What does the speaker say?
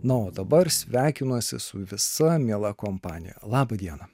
na o dabar sveikinuosi su visa miela kompanija laba diena